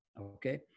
Okay